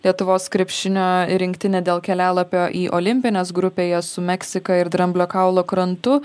lietuvos krepšinio rinktinė dėl kelialapio į olimpines grupėje su meksika ir dramblio kaulo krantu